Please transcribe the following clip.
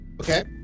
Okay